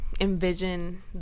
envision